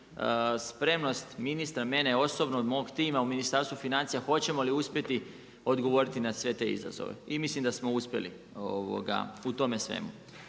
spremnost, ministra, mene osobno od mog tima u Ministarstvu financija hoćemo li uspjeti odgovoriti na sve te izazove i mislim da smo uspjeli u tome svemu.